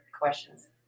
questions